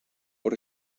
por